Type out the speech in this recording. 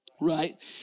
right